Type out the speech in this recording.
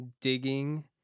digging